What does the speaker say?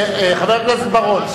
חבר הכנסת בר-און.